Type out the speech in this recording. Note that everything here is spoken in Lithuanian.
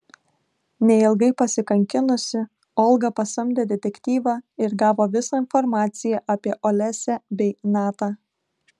neilgai pasikankinusi olga pasamdė detektyvą ir gavo visą informaciją apie olesią bei natą